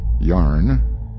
yarn